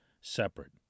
separate